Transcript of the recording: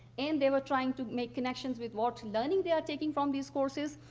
and they were trying to make connections with what learning they were taking from these courses,